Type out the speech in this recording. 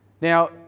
Now